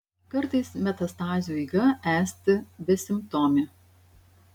kartais metastazių eiga esti besimptomė